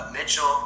Mitchell